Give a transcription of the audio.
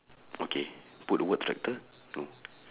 okay put the word tractor mm